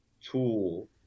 tool